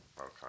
Okay